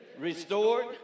restored